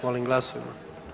Molim glasujmo.